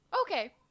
okay